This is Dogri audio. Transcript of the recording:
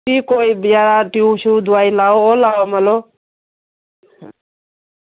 निं कोई ट्यूब लाओ ओह् लाओ भला